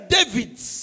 Davids